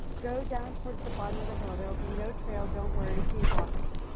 go down towards the bottom of the hill. there will be no trail. don't worry, keep walking.